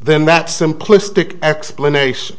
than that simplistic explanation